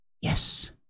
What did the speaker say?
yes